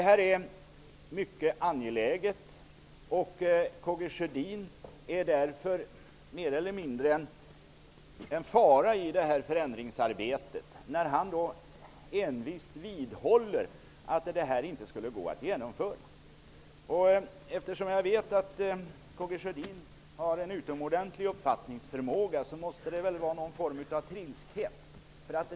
Det är ett mycket angeläget förändringsarbete, men det ligger något av en fara för det i att K G Sjödin envist vidhåller att det inte skulle gå att genomföra. Eftersom K G Sjödin har en utomordentlig uppfattningsförmåga, måste det vara fråga om någon form av trilskhet.